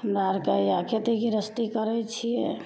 हमरा आओरके हैए खेती गिरहस्थी करै छिए